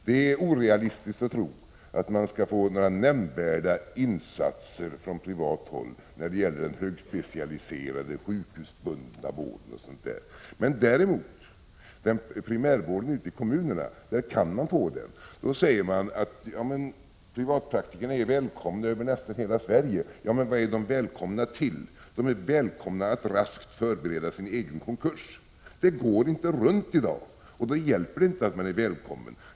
Det är orealistiskt att tro att man skall få några nämnvärda insatser från privat håll när det gäller den högspecialiserade sjukhusbundna vården. Men däremot när det gäller primärvården ute i kommunerna kan man få sådana insatser. Då sägs det att privatpraktikerna är välkomna över nästan hela Sverige. Ja, men vad är de välkomna till? De är välkomna att raskt förbereda sin egen konkurs. Det går inte runt i dag, och då hjälper det inte att man är välkommen.